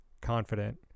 confident